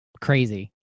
crazy